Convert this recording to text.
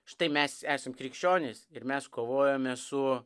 štai mes esam krikščionys ir mes kovojome su